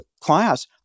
class